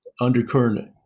undercurrent